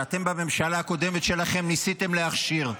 שאתם בממשלה הקודמת שלכם ניסיתם להכשיר,